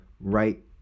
right